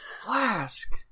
Flask